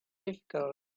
difficult